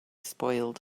spoiled